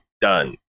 Done